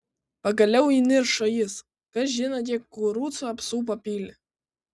pagaliau įniršo jis kas žino kiek kurucų apsupo pilį